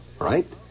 Right